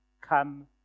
come